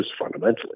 fundamentally